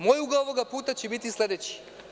Moj ugao ovoga puta će biti sledeći.